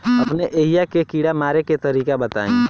अपने एहिहा के कीड़ा मारे के तरीका बताई?